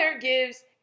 gives